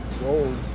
gold